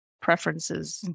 preferences